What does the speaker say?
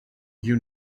you